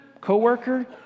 co-worker